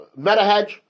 MetaHedge